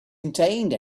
contained